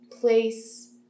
place